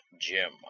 Jim